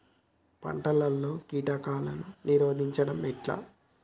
పంటలలో కీటకాలను నిరోధించడం ఎట్లా?